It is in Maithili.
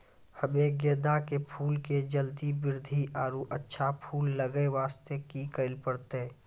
हम्मे गेंदा के फूल के जल्दी बृद्धि आरु अच्छा फूल लगय वास्ते की करे परतै?